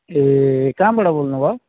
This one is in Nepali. ए कहाँबाट बोल्नुभयो